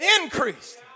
increased